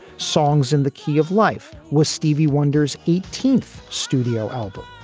songs in the key of life was stevie wonder's eighteenth studio album.